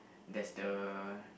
there's the